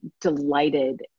delighted